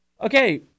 Okay